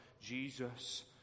Jesus